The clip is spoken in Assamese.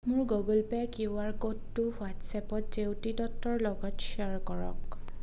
মোৰ গুগল পে' কিউ আৰ ক'ডটো হোৱাট্ছএপত জেউতি দত্তৰ লগত শ্বেয়াৰ কৰক